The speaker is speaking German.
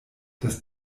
das